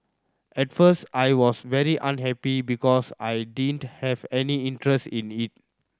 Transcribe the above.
at first I was very unhappy because I didn't have any interest in it